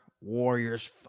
Warriors